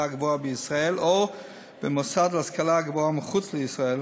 גבוהה בישראל או מוסד להשכלה גבוהה מחוץ לישראל